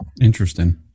Interesting